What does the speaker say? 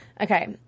Okay